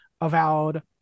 Avowed